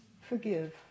forgive